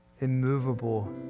immovable